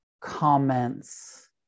comments